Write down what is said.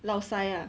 lao sai ah